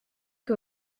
que